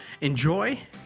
enjoy